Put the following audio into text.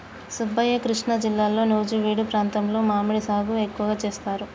సుబ్బయ్య కృష్ణా జిల్లాలో నుజివీడు ప్రాంతంలో మామిడి సాగు ఎక్కువగా సేస్తారు